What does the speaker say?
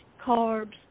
carbs